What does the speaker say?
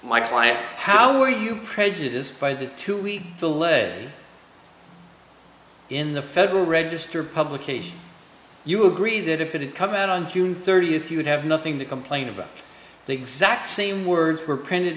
my client how were you prejudiced by that to we the lead in the federal register publication you agree that if it had come out on june thirtieth you would have nothing to complain about the exact same words were printed